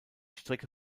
strecke